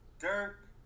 Dirk